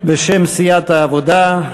בשם סיעת העבודה.